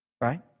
Right